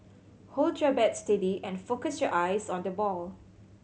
hold your bat steady and focus your eyes on the ball